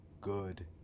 good